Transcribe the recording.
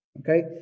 Okay